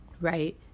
right